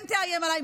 כן תאיים עליי.